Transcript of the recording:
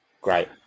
Great